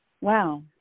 wow